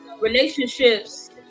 relationships